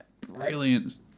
Brilliant